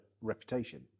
reputation